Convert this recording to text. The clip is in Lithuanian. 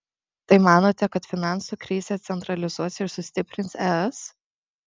tai manote kad finansų krizė centralizuos ir sustiprins es